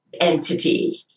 entity